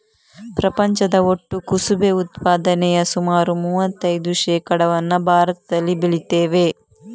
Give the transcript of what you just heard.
ಪ್ರಪಂಚದ ಒಟ್ಟು ಕುಸುಬೆ ಉತ್ಪಾದನೆಯ ಸುಮಾರು ಮೂವತ್ತೈದು ಶೇಕಡಾವನ್ನ ಭಾರತದಲ್ಲಿ ಬೆಳೀತೇವೆ